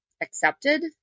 accepted